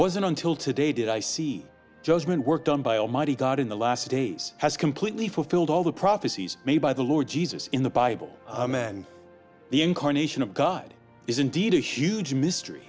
wasn't until today did i see judgment worked on by almighty god in the last days has completely fulfilled all the prophecies made by the lord jesus in the bible amen the incarnation of god is indeed a huge mystery